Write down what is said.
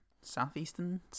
southeastern